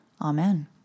Amen